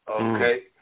okay